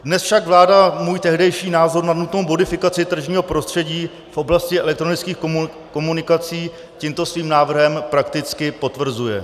Dnes však vláda můj tehdejší názor na nutnou modifikaci tržního prostředí v oblasti elektronických komunikací tímto svým návrhem prakticky potvrzuje.